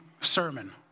sermon